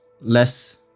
less